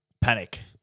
Panic